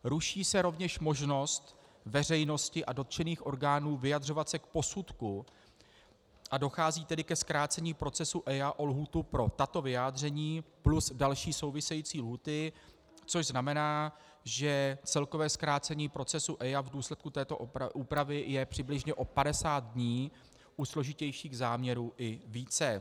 Ruší se rovněž možnost veřejnosti a dotčených orgánů vyjadřovat se k posudku, a dochází tedy ke zkrácení procesu EIA o lhůtu pro tato vyjádření plus další související lhůty, což znamená, že celkové zkrácení procesu EIA v důsledku této úpravy je přibližně o 50 dní, u složitějších záměrů i více.